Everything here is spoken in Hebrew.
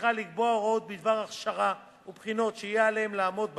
מסמיכה לקבוע הוראות בדבר הכשרה ובחינות שיהיה עליהם לעמוד בהן.